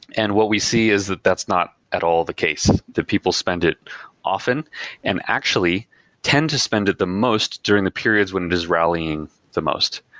and what we see is that that's not at all the case, that people spend it often and actually tend to spend the most during the periods when it is rallying the most.